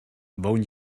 woon